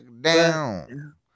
down